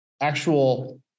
actual